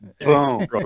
Boom